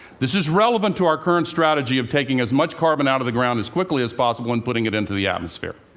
this is relevant to our current strategy of taking as much carbon out of the ground as quickly as possible, and putting it into the atmosphere.